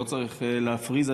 לא צריך להפריז,